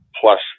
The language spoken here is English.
plus